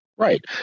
Right